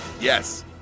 Yes